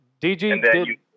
DG